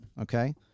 Okay